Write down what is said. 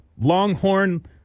Longhorn